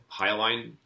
Highline